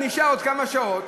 נשארו עוד כמה שעות,